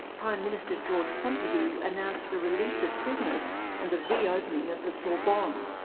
prime minister georges pompidou announced the release of prisoners and the reopening of the sorbonne.